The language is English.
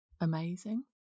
amazing